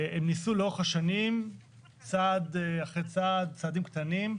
הם ניסו לאורך השנים צעד אחרי צעד, צעדים קטנים.